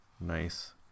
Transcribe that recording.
nice